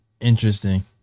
Interesting